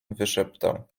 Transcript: wyszeptał